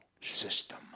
system